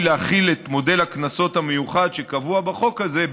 להחיל את מודל הקנסות המיוחד שקבוע בחוק הזה,